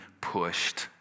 pushed